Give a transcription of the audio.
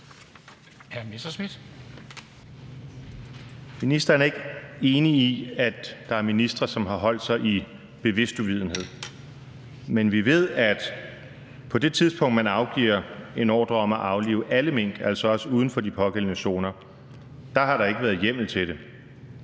Ministeren er ikke enig i, at der er ministre, som har holdt sig i bevidst uvidenhed, men vi ved, at på det tidspunkt, man afgiver en ordre om at aflive alle mink, altså også uden for de pågældende zoner, har der ikke været hjemmel til det.